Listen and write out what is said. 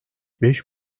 beş